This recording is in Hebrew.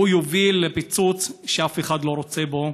יובילו לפיצוץ שאף אחד לא רוצה בו.